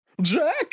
Jack